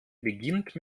beginnt